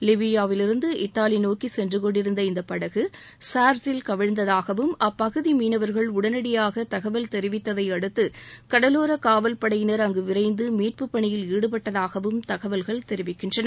லிபியாவிலிருந்து Italy நோக்கி சென்றுகொண்டிருந்த இந்த படகு ஸார்ஸில் கவிழ்ந்ததாகவும் அப்பகுதி மீனவர்கள் உடனடியாக தகவல் தெரிவித்ததை அடுத்து கடலோர காவல் படையினர் அங்கு விரைந்து மீட்புப் பணியில் ஈடுபட்டதாகவும் தகவல்கள் தெரிவிக்கின்றன